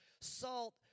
Salt